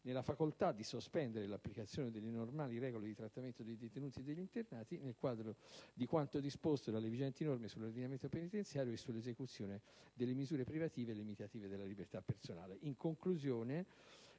nella facoltà di sospendere l'applicazione delle normali regole di trattamento dei detenuti e degli internati, nel quadro di quanto disposto dalle vigenti norme sull'ordinamento penitenziario e sull'esecuzione delle misure privative e limitative della libertà personale.